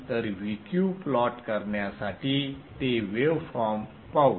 तर Vq plot करण्यासाठी ते वेव फॉर्म पाहू